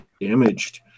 damaged